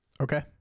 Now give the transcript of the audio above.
Okay